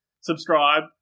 Subscribe